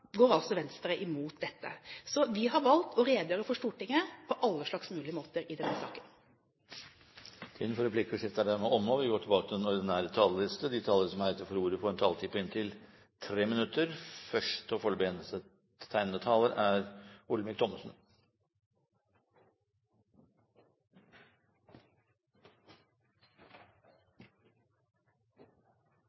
altså Venstre imot dette. Så vi har valgt å redegjøre for Stortinget på alle mulige måter i denne saken. Replikkordskiftet er dermed omme. De talere som heretter får ordet, har en taletid på inntil 3 minutter. Jeg har forstått det slik at jeg glemte å fremme det forslaget som Høyre har reist i saken, og det fremmer jeg herved. Når det er